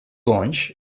launch